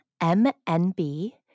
MNB